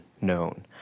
Known